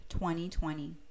2020